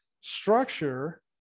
structure